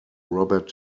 robert